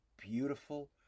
beautiful